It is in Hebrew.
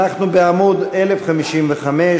אנחנו בעמוד 1055,